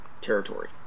territory